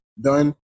done